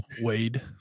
Wade